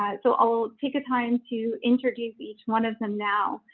so i'll take a time to introduce each one of them now.